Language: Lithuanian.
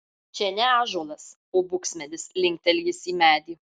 čia ne ąžuolas o buksmedis linkteli jis į medį